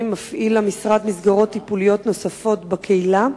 מפעיל המשרד מסגרות טיפוליות נוספות בקהילה?